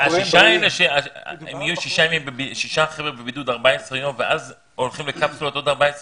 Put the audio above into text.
הם יהיו שישה חבר'ה בבידוד 14 יום ואז הולכים לקפסולות עוד 14 יום?